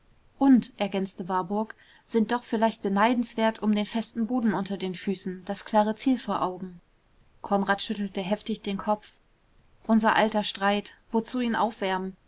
und ergänzte warburg sind doch vielleicht beneidenswert um den festen boden unter den füßen das klare ziel vor augen konrad schüttelte heftig den kopf unser alter streit wozu ihn aufwärmen